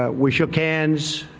ah we shook hands.